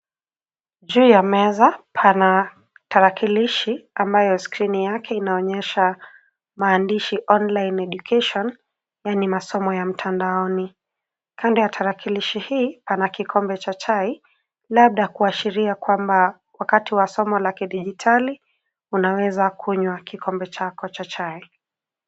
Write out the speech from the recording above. Juu ya meza pana tarakilishi ambayo skrini yake inaonyesha maandishi Online Education yaani masomo ya mtandaoni. Kando ya tarakilishi hii pana kikombe cha chai labda kuashiria kuwa wakati wa somo la kidijitali unaweza kunywa kikombe chako cha chai.